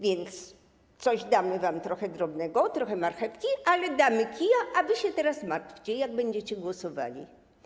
Więc coś wam damy, trochę drobnego, trochę marchewki, ale damy też kija, a wy się teraz martwcie, jak będziecie głosowali.